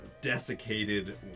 Desiccated